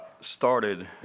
started